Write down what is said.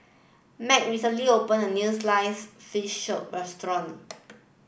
Meg recently opened a new slice fish show restaurant